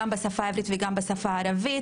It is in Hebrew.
גם בשפה העברית וגם בשפה הערבית,